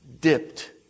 dipped